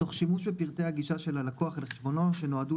תך שימוש בפרטי הגישה של הלקוח אל חשבונו שנועדו